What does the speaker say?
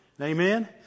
Amen